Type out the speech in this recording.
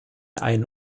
einen